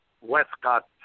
Westcott